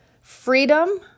freedom